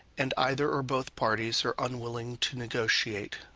and either or both parties are unwilling to negotiate.